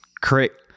Correct